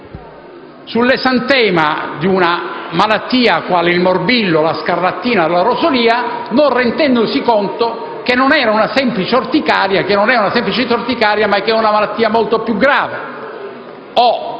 sull'esantema di una malattia quale il morbillo, la scarlattina o la rosolia, non rendendosi conto che non è una semplice orticaria ma una malattia molto grave;